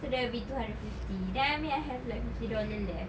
so that would be two hundred fifty then I mean I have like fifty dollars left